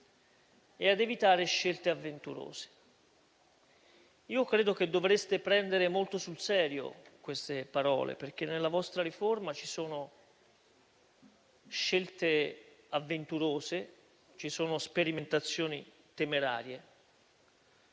temerarie e scelte avventurose. Io credo che dovreste prendere molto sul serio queste parole, perché nella vostra riforma ci sono scelte avventurose e sperimentazioni temerarie.